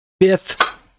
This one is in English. fifth